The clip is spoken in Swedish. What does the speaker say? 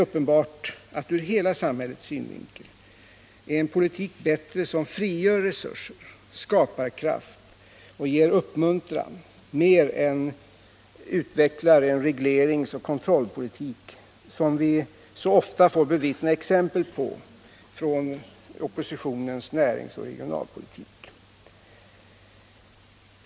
Ur hela samhällets synvinkel är uppenbarligen den politik bättre som frigör resurser och skaparkraft och ger uppmuntran än den regleringsoch kontrollpolitik som vi så ofta får bevittna exempel på i oppositionens näringsoch regionalpolitik.